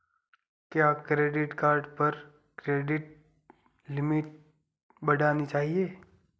क्या credit card पर credit limit बढ़ानी चाहिए?